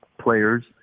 players